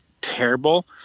terrible